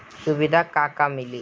सुविधा का का मिली?